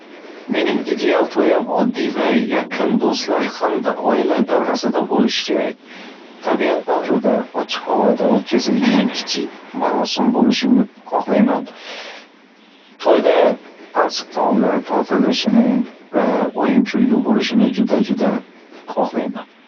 Mening ideal to‘yim oddiy va yaqin do‘stlar hamda oila davrasida bo‘lishi kerak. Tabiat bag‘rida, ochiq havoda o‘tkazilgan kichik marosim bo‘lishini xohlayman. To'yda tansiq taomlar tortilishini va o'yin kulgu bo'lishini juda-juda xohlayman.